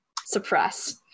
suppress